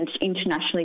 internationally